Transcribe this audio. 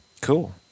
Cool